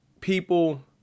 people